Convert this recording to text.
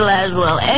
Laswell